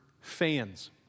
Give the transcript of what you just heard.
fans